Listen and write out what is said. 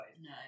No